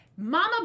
Mama